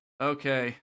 Okay